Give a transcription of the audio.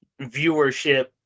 viewership